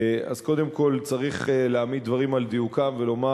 אז קודם כול צריך להעמיד דברים על דיוקם ולומר